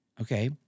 Okay